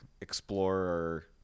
explorer